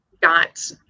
got